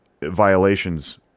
violations